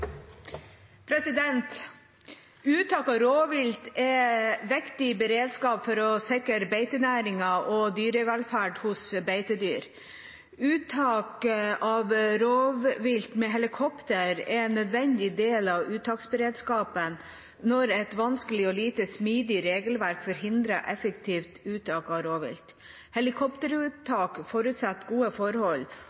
av rovvilt er viktig beredskap for å sikre beitenæringa og dyrevelferd hos beitedyr. Uttak av rovvilt med helikopter er en nødvendig del av uttaksberedskapen når et vanskelig og lite smidig regelverk forhindrer effektivt uttak av rovvilt.